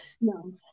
no